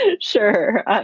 sure